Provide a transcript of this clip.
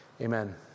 amen